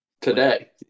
Today